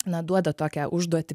na duoda tokią užduotį